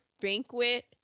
banquet